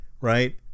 right